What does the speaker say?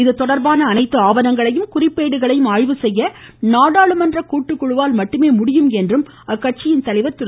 இதுதொடர்பான அனைத்து ஆவணங்களையும் குறிப்பேடுகளையும் ஆய்வு செய்ய நாடாளுமன்ற கூட்டுக்குழுவால் மட்டுமே முடியும் என்றும் அக்கட்சித்தலைவா் திரு